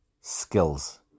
skills